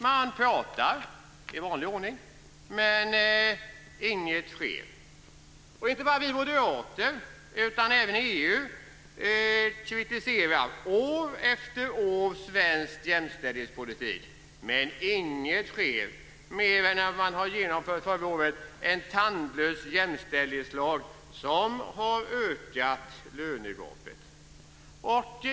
Man pratar, i vanlig ordning, men inget sker. Inte bara vi moderater utan även EU kritiserar år efter år svensk jämställdhetspolitik, men inget sker, mer än att man förra året har genomfört en tandlös jämställdhetslag - som har ökat lönegapet.